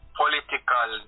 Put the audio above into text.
political